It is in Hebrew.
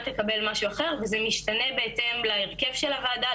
תקבל משהו אחר וזה משתנה בהתאם להרכב של הוועדה,